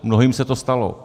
Mnohým se to stalo.